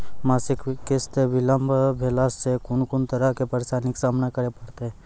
मासिक किस्त बिलम्ब भेलासॅ कून कून तरहक परेशानीक सामना करे परतै?